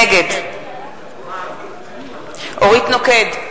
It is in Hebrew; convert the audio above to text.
נגד אורית נוקד,